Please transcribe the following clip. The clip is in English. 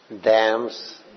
dams